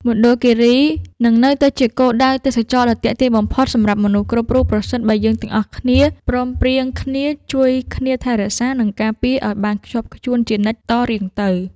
មណ្ឌលគីរីនឹងនៅតែជាគោលដៅទេសចរណ៍ដ៏ទាក់ទាញបំផុតសម្រាប់មនុស្សគ្រប់រូបប្រសិនបើយើងទាំងអស់គ្នាព្រមព្រៀងគ្នាជួយគ្នាថែរក្សា និង ការពារឱ្យបានខ្ជាប់ខ្ជួនជានិច្ចតរៀងទៅ។